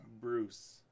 Bruce